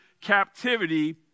captivity